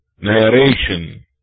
narration